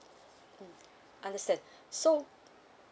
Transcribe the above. mm understand so